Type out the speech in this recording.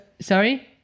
sorry